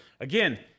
again